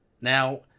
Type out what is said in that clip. Now